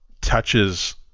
touches